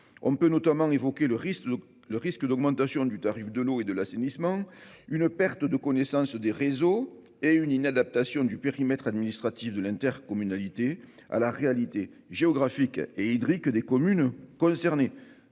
On peut notamment évoquer le risque d'augmentation du tarif de l'eau et de l'assainissement, une perte de connaissance des réseaux et une inadaptation du périmètre administratif de l'intercommunalité à la réalité géographique et hydrique des communes concernées.